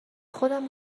خودم